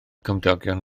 cymdogion